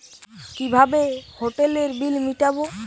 কিভাবে হোটেলের বিল মিটাব?